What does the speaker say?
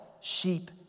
sheep